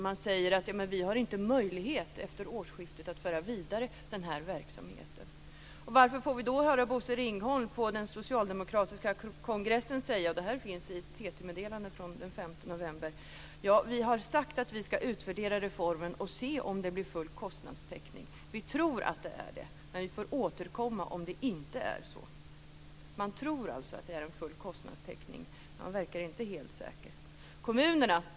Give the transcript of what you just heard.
Man säger: Vi har inte möjlighet efter årsskiftet att föra verksamheten vidare. Man kan också fråga sig varför vi då får höra Bosse Ringholm på den socialdemokratiska kongressen säga - och det här finns i ett TT-meddelande från den 5 november: Vi har sagt att vi ska utvärdera reformen och se om det blir full kostnadstäckning. Vi tror att det blir det, men vi får återkomma om det inte blir så. Man tror alltså att det blir full kostnadstäckning, men man verkar inte helt säker.